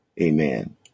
Amen